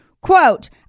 Quote